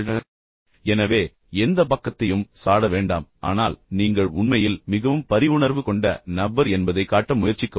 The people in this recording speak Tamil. எனவே எந்த பக்கத்தையும் சாட வேண்டாம் அல்லது ஒருதலைப்பட்சமான குற்றச்சாட்டுகளை வேண்டாம் வேண்டாம் ஆனால் நீங்கள் உண்மையில் மிகவும் பரிவுணர்வு கொண்ட நபர் என்பதைக் காட்ட முயற்சிக்கவும்